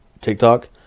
tiktok